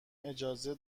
اجازه